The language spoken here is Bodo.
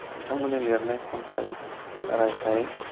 बिथांमोननि लिरनाय खन्थाइ रायथाय